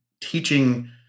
teaching